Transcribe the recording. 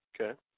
Okay